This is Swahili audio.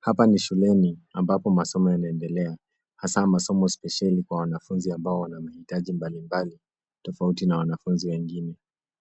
Hapa ni shuleni ambapo masomo yanaendelea hasa masomo spesheli kwa wanafunzi ambao wana mahitaji mbalimbali tofauti na wanafunzi wengine.